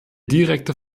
direkte